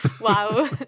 Wow